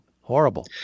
Horrible